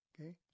Okay